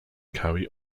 carry